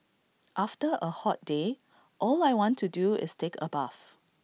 after A hot day all I want to do is take A bath